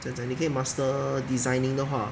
怎么样讲你可以 master designing 的话